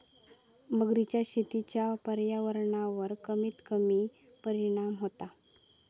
मगरीच्या शेतीचा पर्यावरणावर कमीत कमी परिणाम होता